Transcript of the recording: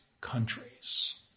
countries